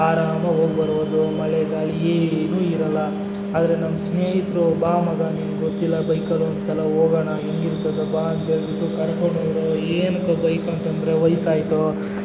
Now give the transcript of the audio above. ಆರಾಮಾಗಿ ಹೋಗಿ ಬರ್ಬೋದು ಮಳೆ ಗಾಳಿ ಏನೂ ಇರಲ್ಲ ಆದರೆ ನಮ್ಮ ಸ್ನೇಹಿತರು ಬಾ ಮಗ ನಿಂಗೊತ್ತಿಲ್ಲ ಬೈಕಲ್ಲಿ ಒಂದ್ಸಲ ಹೋಗೋಣ ಹೇಗಿರ್ತದೆ ಬಾ ಅಂತ ಹೇಳಿಬಿಟ್ಟು ಕರ್ಕೊಂಡೋದರು ಏನಕ್ಕೋ ಬೈಕಂತಂದರೆ ವಯಸ್ಸಾಯಿತೋ